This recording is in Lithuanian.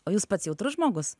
o jūs pats jautrus žmogus